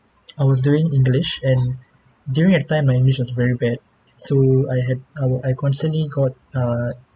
I was doing english and during that time my english was very bad so I had I would I constantly got err